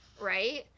right